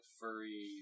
furry